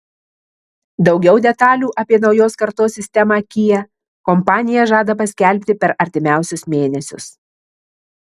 daugiau detalių apie naujos kartos sistemą kia kompanija žada paskelbti per artimiausius mėnesius